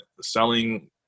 selling